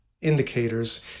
indicators